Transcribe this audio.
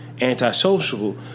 antisocial